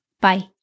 Bye